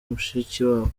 mushikiwabo